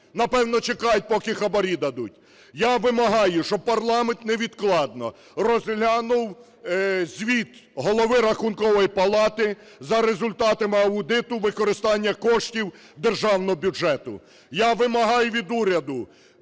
напевно, чекають, поки хабарі дадуть. Я вимагаю, щоб парламент невідкладно розглянув звіт голови Рахункової палати за результатами аудиту використання коштів державного бюджету. Я вимагаю від уряду